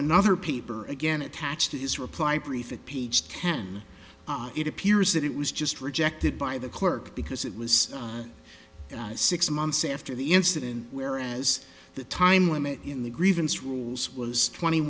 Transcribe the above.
another paper again attached to his reply brief it peach can it appears that it was just rejected by the clerk because it was six months after the incident whereas the time limit in the grievance rules was twenty